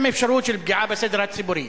אם יש אפשרות של פגיעה בסדר הציבורי.